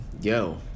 Yo